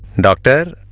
doctor?